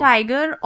Tiger